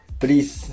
please